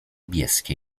bieskie